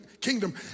kingdom